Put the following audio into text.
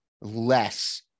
less